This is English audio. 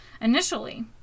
initially